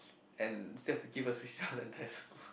and still have to give a speech to the entire school